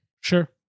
Sure